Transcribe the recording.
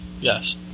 Yes